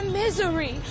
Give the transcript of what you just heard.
misery